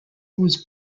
was